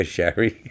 Sherry